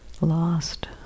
lost